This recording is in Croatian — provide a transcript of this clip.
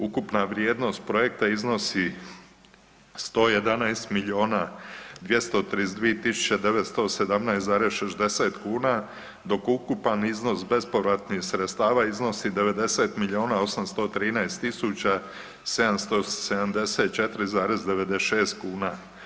Ukupna vrijednost projekta iznosi 111 milijona 232 tisuće 917,60 kuna, dok ukupan iznos bespovratnih sredstava iznosi 90 milijona 813 tisuća 774,96 kuna.